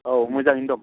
औ मोजाङैनो दं